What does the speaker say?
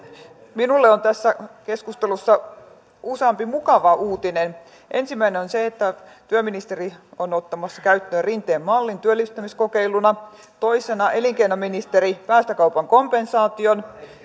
minulle on tässä keskustelussa useampi mukava uutinen ensimmäinen on se että työministeri on ottamassa käyttöön rinteen mallin työllistämiskokeiluna toisena elinkeinoministeri päästökaupan kompensaation